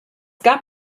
gibt